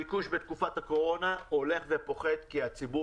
הביקוש בתקופת הקורונה הולך ופוחת כי הציבור